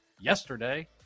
yesterday